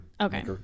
Okay